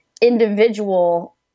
individual